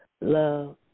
Love